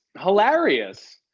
hilarious